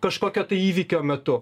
kažkokio tai įvykio metu